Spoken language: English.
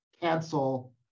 cancel